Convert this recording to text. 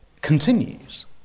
continues